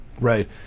Right